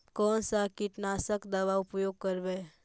कोन सा कीटनाशक दवा उपयोग करबय?